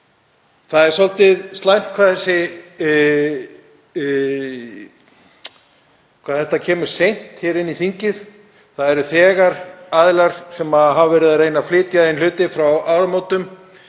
slæmt hvað þetta kemur seint hér inn í þingið. Það eru þegar aðilar sem hafa verið að reyna að flytja inn vörur frá áramótum